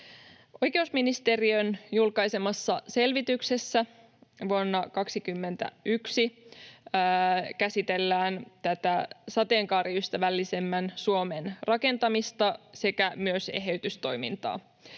Oikeusministeriön vuonna 21 julkaisemassa selvityksessä käsitellään tätä sateenkaariystävällisemmän Suomen rakentamista sekä myös eheytystoimintaa.